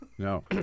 No